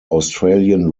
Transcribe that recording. australian